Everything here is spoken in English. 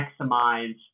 maximize